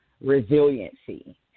resiliency